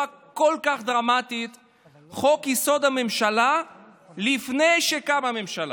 כל כך דרמטית את חוק-יסוד: הממשלה לפני שקמה ממשלה.